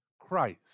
Christ